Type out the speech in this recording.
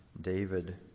David